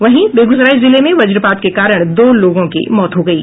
वहीं बेगूसराय जिले में वज्पात के कारण दो लोगों की मौत हो गयी